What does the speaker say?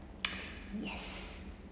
yes